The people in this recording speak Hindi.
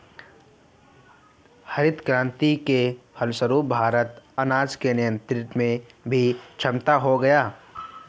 हरित क्रांति के फलस्वरूप भारत अनाज के निर्यात में भी सक्षम हो गया